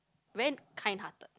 Van kind heart